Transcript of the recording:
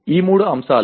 ఈ మూడు అంశాలు